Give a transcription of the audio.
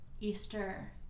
Easter